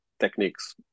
techniques